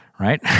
right